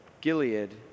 Gilead